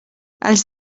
els